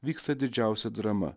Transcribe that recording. vyksta didžiausia drama